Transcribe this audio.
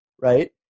right